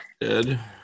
dead